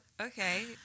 Okay